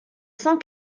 cent